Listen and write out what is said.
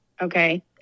Okay